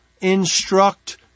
instruct